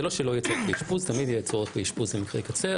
זה לא שלא יהיה צורך באשפוז תמיד יהיה צורך באשפוז במקרי קצת,